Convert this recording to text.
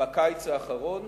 בקיץ האחרון